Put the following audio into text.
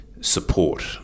support